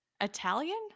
italian